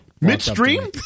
Midstream